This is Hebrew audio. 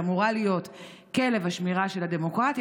שאמורה להיות כלב השמירה של הדמוקרטיה,